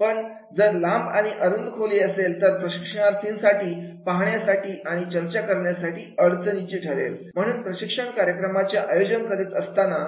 पण जर लांब आणि अरुंद खोली असेल तर प्रशिक्षणार्थींसाठी पाहण्यासाठी आणि चर्चा करण्यासाठी अडचणीची ठरेल म्हणून प्रशिक्षण कार्यक्रमाचे आयोजन करीत असताना